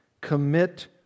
Commit